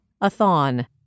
a-thon